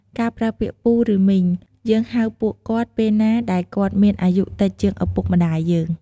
ការប្រើពាក្យ "ពូ ឬមីង" យើងហៅពួកគាត់ពេលណាដែលគាត់មានអាយុតិចជាងឪពុកម្តាយយើង។